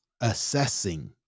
assessing